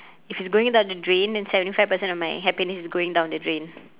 if it's going down the drain then seventy five percent of my happiness is going down the drain